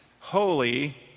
Holy